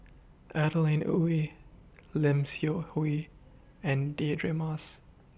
Adeline Ooi Lim Seok Hui and Deirdre Moss